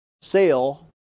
sale